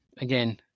again